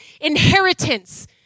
inheritance